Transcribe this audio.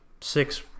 six